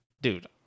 Dude